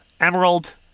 Emerald